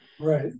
Right